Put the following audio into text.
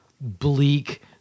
bleak